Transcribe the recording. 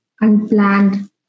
unplanned